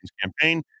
campaign